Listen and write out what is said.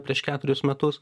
prieš keturis metus